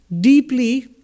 deeply